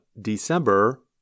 December